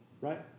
right